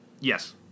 yes